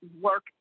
work